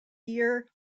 year